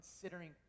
considering